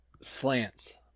slants